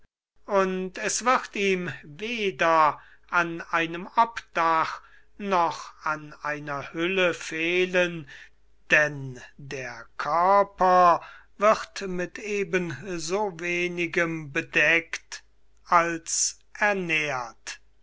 und es wird ihm weder an einem obdach noch an einer hülle fehlen den der körper wird mit eben so wenigem bedeckt als ernährt